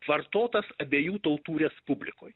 vartotas abiejų tautų respublikoj